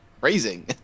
Raising